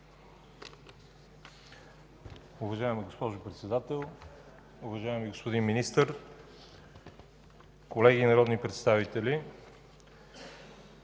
Уважаема госпожо Председател, уважаеми господин Министър, колеги народни представители!